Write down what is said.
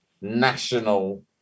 national